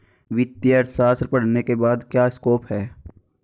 वित्तीय अर्थशास्त्र पढ़ने के बाद क्या स्कोप है?